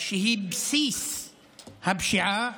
שהיא בסיס הפשיעה,